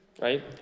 Right